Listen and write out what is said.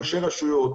ראשי רשויות,